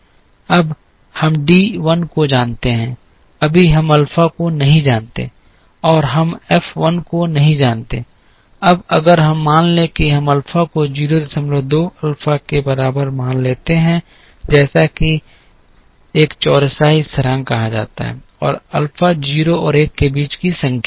अब हम डी 1 को जानते हैं अभी हम अल्फा को नहीं जानते हैं और हम एफ 1 को नहीं जानते हैं अब अगर हम मान लें कि हम अल्फा को 02 अल्फा के बराबर मान लेते हैं जैसा कि एक चौरसाई स्थिरांक कहा जाता है और अल्फा 0 और 1 के बीच की एक संख्या है